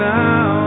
now